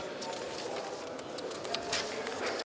Hvala